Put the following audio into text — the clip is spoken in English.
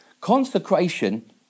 Consecration